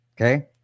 okay